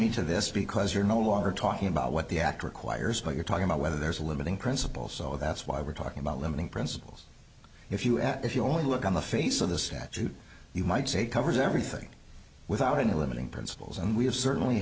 me to this because you're no longer talking about what the act requires but you're talking about whether there's a limiting principle so that's why we're talking about limiting principles if you if you only look on the face of the statute you might say covers everything without any limiting principles and we have certainly